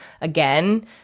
again